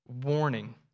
warning